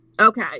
okay